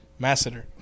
masseter